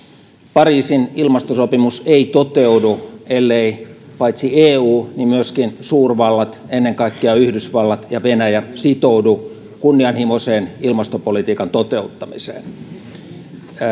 pariisin ilmastosopimus ei toteudu ellei paitsi eu myöskin suurvallat ennen kaikkea yhdysvallat ja venäjä sitoudu kunnianhimoiseen ilmastopolitiikan toteuttamiseen